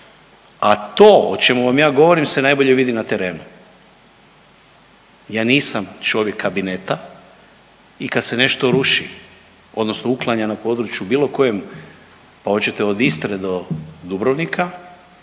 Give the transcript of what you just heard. A to o čemu vam ja govorim se najbolje vidi na terenu. Ja nisam čovjek kabineta i kad se nešto ruši odnosno uklanja na području bilo koje pa hoćete od Istre do Dubrovnika,